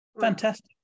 Fantastic